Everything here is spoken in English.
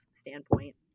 standpoint